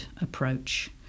approach